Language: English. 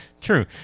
True